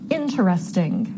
interesting